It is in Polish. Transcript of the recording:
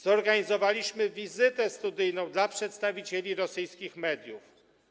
Zorganizowaliśmy wizytę studyjną dla przedstawicieli rosyjskich mediów.